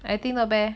I think not bad leh